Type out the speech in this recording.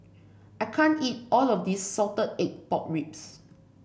I can't eat all of this Salted Egg Pork Ribs